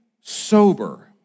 sober